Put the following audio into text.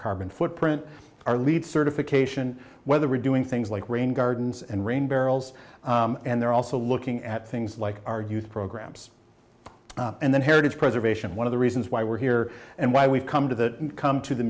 carbon footprint or leed certification whether we're doing things like rain gardens and rain barrels and they're also looking at things like our youth programs and then heritage preservation one of the reasons why we're here and why we've come to come to the